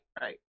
right